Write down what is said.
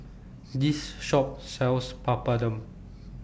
This Shop sells Papadum